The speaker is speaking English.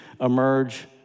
emerge